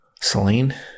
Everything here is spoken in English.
Celine